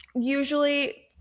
usually –